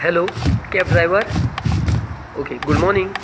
hello cab driver okay good morning